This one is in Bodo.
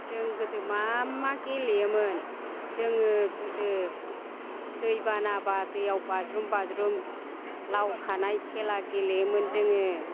जों गोदो मा मा गेलेयोमोन जोङो गोदो दै बानाबा दैआव बाज्रुम बाज्रुम लाव खानाय खेला गेलेयोमोन जोङो